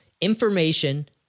Information